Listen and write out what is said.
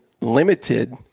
limited